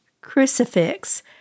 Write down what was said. crucifix